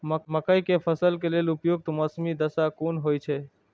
मके के फसल के लेल उपयुक्त मौसमी दशा कुन होए छै?